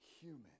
human